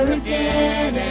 again